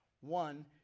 one